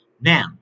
Now